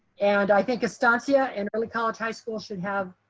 and i think estancia and early college high school should have